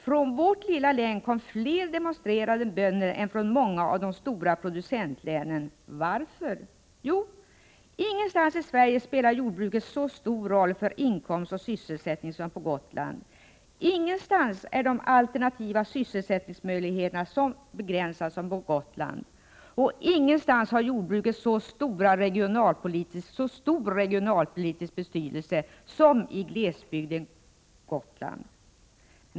Från vårt lilla län kom fler demonstrerande bönder än från många av de stora producentlänen. Varför? Jo, ingenstans i Sverige spelar jordbruket så stor roll för utkomst och sysselsättning som på Gotland. Ingenstans är de alternativa sysselsättningsmöjligheterna så begränsade som på Gotland. Ingenstans har jordbruket så stor regionalpolitisk betydelse som i glesbygdskommunen Gotland.